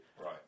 Right